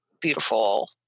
beautiful